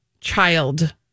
child